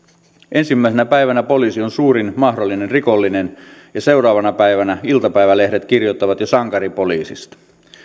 ensimmäisenä päivänä poliisi on suurin mahdollinen rikollinen ja seuraavana päivänä iltapäivälehdet kirjoittavat jo sankaripoliisista